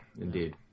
indeed